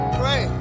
pray